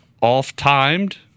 off-timed